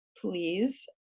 please